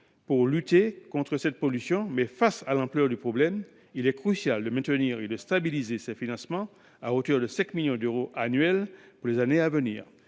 pour lutter contre cette pollution. Mais face à l’ampleur du problème, il est crucial de maintenir et de stabiliser ces financements à hauteur de 5 millions d’euros annuels pour les années à venir.